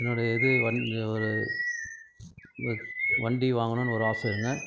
என்னோடய இது வந்து ஒரு வண்டி வாங்கணுன்னு ஒரு ஆசையில் இருந்தேன்